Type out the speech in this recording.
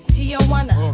Tijuana